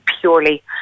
purely